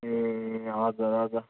ए हजुर हजुर